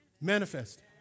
manifest